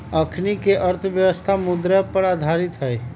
अखनीके अर्थव्यवस्था मुद्रे पर आधारित हइ